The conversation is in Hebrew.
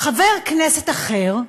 חבר כנסת אחר,